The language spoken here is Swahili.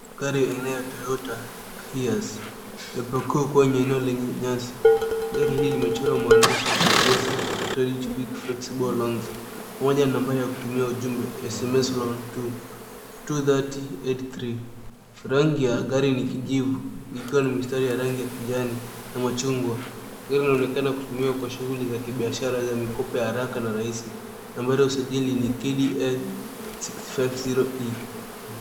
Gari aina ya Toyota Hiace imepakiwa kwa eneo lenye nyasi. Gari hili limechorwa maandishi ya Progressive Credit, Quick Flexible Loans pamoja na nambari ya kutuma ujumbe sms loan to 23083 Rangi ya gari ni kijivu. Ikiwa na mistari ya rangi ya kijani na machungwa. Gari inaonekana kutumiwa kwa shughuli za kibiashara ya mikopo ya haraka na rahisi, Nambari ya usajili ni KDA 650E.